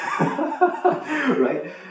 Right